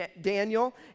Daniel